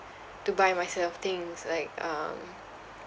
to buy myself things like um